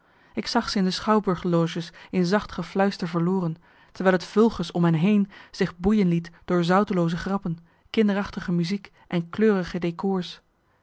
ik zag ze in de schouwburg loges in zacht gefluister verloren terwijl het vulgus om hen heen zich boeien liet door zoutelooze grappen kinderachtige muziek en kleurige décor's